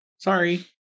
Sorry